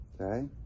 okay